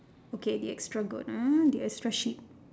okay the extra goat ah the extra sheep